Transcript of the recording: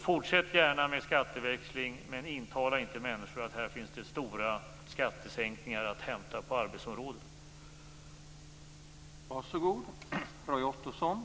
Fortsätt gärna med att tala för skatteväxling, men intala inte människor att det här finns stora skattesänkningar på arbetsområdet att hämta.